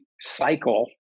cycle